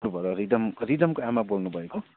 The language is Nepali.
रिदम रिदमको आमा बोल्नुभएको